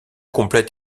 complète